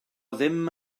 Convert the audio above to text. ddim